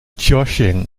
joshing